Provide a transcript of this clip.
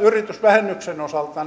yritysvähennyksen osalta